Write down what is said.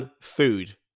food